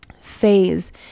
phase